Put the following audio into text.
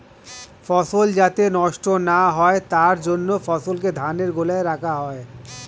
ফসল যাতে নষ্ট না হয় তার জন্য ফসলকে ধানের গোলায় রাখা হয়